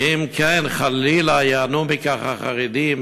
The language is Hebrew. כי אם כן, חלילה, ייהנו מכך החרדים,